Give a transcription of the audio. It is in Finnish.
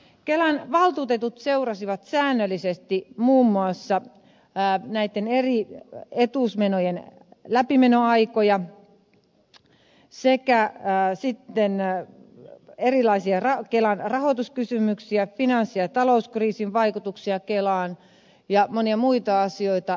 kelan valtuutetut seurasivat säännöllisesti muun muassa näitten eri etuusmenojen läpimenoaikoja sekä sitten erilaisia kelan rahoituskysymyksiä finanssi ja talouskriisin vaikutuksia kelaan ja monia muita asioita